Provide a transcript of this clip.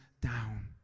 down